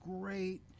great